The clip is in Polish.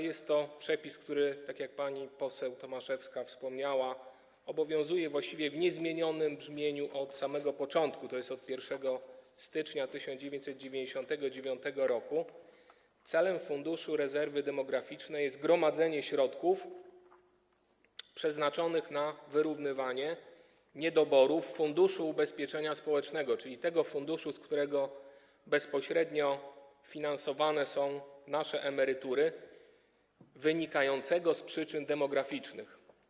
Jest to przepis, który tak jak pani poseł Tomaszewska wspomniała, obowiązuje właściwie w niezmienionym brzmieniu od samego początku, tj. od 1 stycznia 1999 r. Celem Funduszu Rezerwy Demograficznej jest gromadzenie środków przeznaczonych na wyrównywanie niedoborów Funduszu Ubezpieczeń Społecznych, czyli tego funduszu, z którego bezpośrednio finansowane są nasze emerytury, wynikających z przyczyn demograficznych.